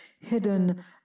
hidden